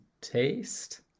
taste